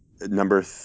Number